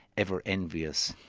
ever-envious,